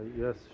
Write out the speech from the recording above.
Yes